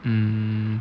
mm